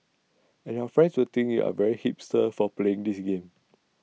and your friends will think you are very hipster for playing this game